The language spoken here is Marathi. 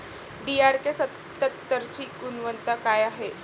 डी.आर.के सत्यात्तरची गुनवत्ता काय हाय?